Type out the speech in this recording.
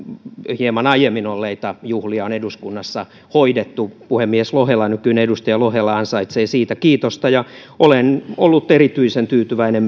hieman aiemmin olleita juhlia on eduskunnassa hoidettu puhemies lohela nykyinen edustaja lohela ansaitsee siitä kiitosta olen ollut erityisen tyytyväinen